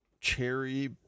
cherry